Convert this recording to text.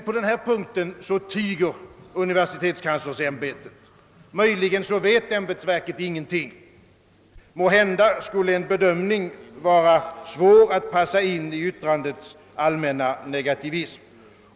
På denna punkt tiger universitetskanslersämbetet. Möjligen vet ämbetsverket ingenting. Måhända skulle en bedömning vara svår att passa in i yttrandets allmänna negativism.